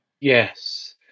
Yes